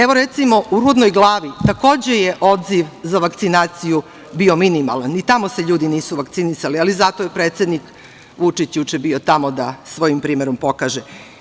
Evo, recimo, u Rudnoj Glavi takođe je odziv za vakcinaciju bio minimalan i tamo se ljudi nisu vakcinisali, ali zato je predsednik Vučić juče bio tamo da svojim primerom pokaže.